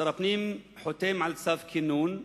שר הפנים חותם על צו כינון,